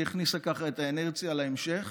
והיא הכניסה כך את האינרציה להמשך,